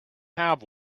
have